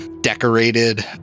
decorated